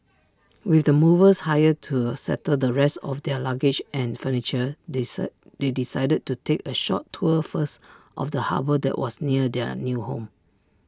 with the movers hired to settle the rest of their luggage and furniture they said they decided to take A short tour first of the harbour that was near their new home